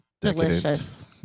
delicious